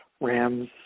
Rams